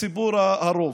ציבור הרוב.